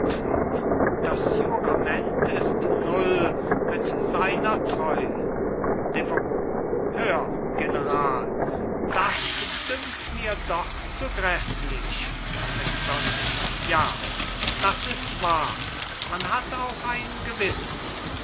buttler das jurament ist null mit seiner treu deveroux hör general das dünkt mir doch zu gräßlich macdonald ja das ist wahr man hat auch ein gewissen